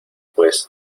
pues